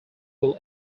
will